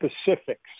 specifics